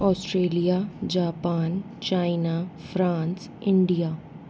Australia Japan China France India